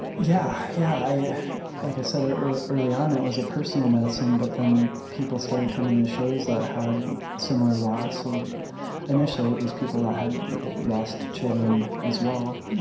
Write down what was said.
yeah yeah yeah, like i said, early on it was a personal medicine, but then people started coming to shows that had similar loss of initially, it was people that had lost children, as well,